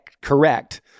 correct